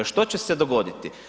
Što će se dogoditi?